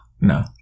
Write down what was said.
No